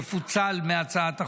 יפוצל מהצעת החוק.